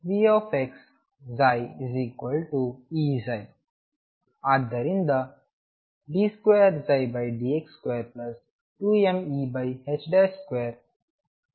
ಮತ್ತು ಆದ್ದರಿಂದ d2dx22mE2ψ0